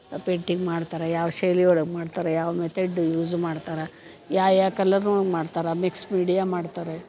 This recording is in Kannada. ಪೇಂಟಿಂಗ್ ಮಾಡ್ತಾರೆ ಯಾವ ಶೈಲಿ ಒಳಗೆ ಮಾಡ್ತಾರೆ ಯಾವ ಮೆತಡ್ ಯೂಸ್ ಮಾಡ್ತಾರೆ ಯಾ ಯಾ ಕಲರ್ನೊಳ್ಗೆ ಮಾಡ್ತಾರೆ ಮಿಕ್ಸ್ ಮೀಡಿಯಾ ಮಾಡ್ತಾರೆ